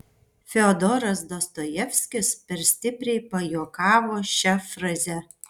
fiodoras dostojevskis per stipriai pajuokavo šia fraze